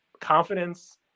confidence